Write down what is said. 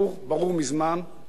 כרגיל, לא נעשה דבר.